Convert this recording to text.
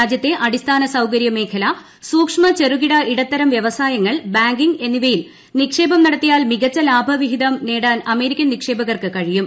രാജ്യത്തെ അടിസ്ഥാന സൌകര്യമേഖല സൂക്ഷ്മ ചെറുകിട ഇടത്തരം വ്യവസായങ്ങൾ ബാങ്കിംഗ് എന്നിവയിൽ നിക്ഷേപം നടത്തിയാൽ മികച്ച ലാഭവിഹിതം നേടാൻ അമേരിക്കൻ നിക്ഷേപകർക്ക് കഴിയും